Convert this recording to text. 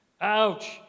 Ouch